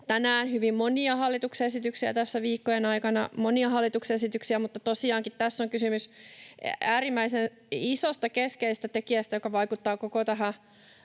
tänään hyvin monia hallituksen esityksiä, tässä viikkojen aikana monia hallituksen esityksiä, mutta tosiaankin tässä on kysymys äärimmäisen isosta, keskeisestä tekijästä, joka vaikuttaa koko tämän